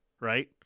right